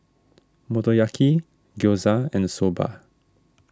Motoyaki Gyoza and the Soba